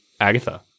Agatha